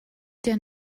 der